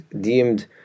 deemed